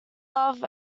loved